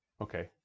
Okay